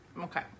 Okay